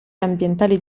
ambientali